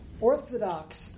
orthodox